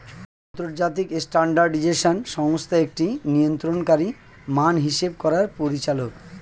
আন্তর্জাতিক স্ট্যান্ডার্ডাইজেশন সংস্থা একটি নিয়ন্ত্রণকারী মান হিসেব করার পরিচালক